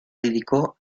dedicó